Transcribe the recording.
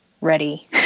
ready